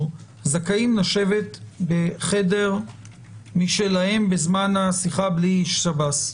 זכאים לשבת בחדר משלהם בזמן השיחה בלי איש שב"ס?